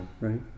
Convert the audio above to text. right